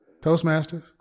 Toastmasters